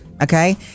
okay